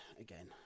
Again